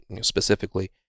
specifically